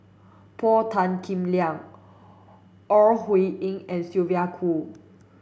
Paul Tan Kim Liang Ore Huiying and Sylvia Kho